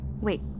Wait